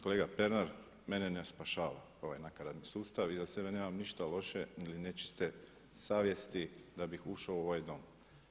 Kolega Pernar, mene ne spašava ovaj nakaradni sustav i za sebe nemam ništa loše ili nečiste savjesti da bih ušao u ovaj Dom.